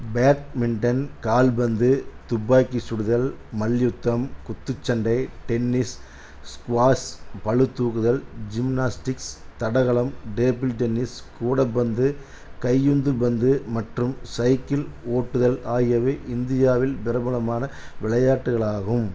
badminton கால்பந்து துப்பாக்கி சுடுதல் மல்யுத்தம் குத்துச்சண்டை டென்னிஸ் ஸ்குவாஷ் பளுதூக்குதல் ஜிம்னாஸ்டிக்ஸ் தடகளம் டேபிள் டென்னிஸ் கூடைப்பந்து கையுந்துபந்து மற்றும் சைக்கிள் ஓட்டுதல் ஆகியவை இந்தியாவில் பிரபலமான விளையாட்டுகள் ஆகும்